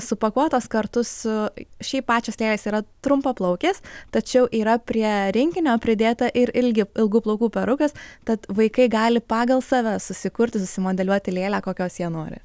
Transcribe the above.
supakuotos kartu su šiaip pačios lėlės yra trumpaplaukės tačiau yra prie rinkinio pridėta ir ilgi ilgų plaukų perukas tad vaikai gali pagal save susikurti susimodeliuoti lėlę kokios jie nori